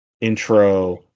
intro